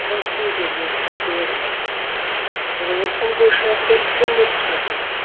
چلو ٹھیٖک حظ گوٚو تھینکوٗ ویری مچ چلو وۄنۍ سَمکھَو أسۍ کِلنِکَس پٮ۪ٹھ حظ